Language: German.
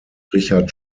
richard